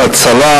"הצלה",